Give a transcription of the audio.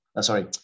sorry